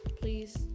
please